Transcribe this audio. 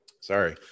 sorry